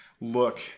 look